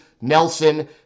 nelson